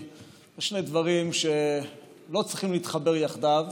זה שני דברים שלא צריכים להתחבר יחדיו,